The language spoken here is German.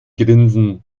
grinsen